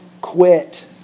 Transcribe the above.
quit